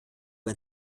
ein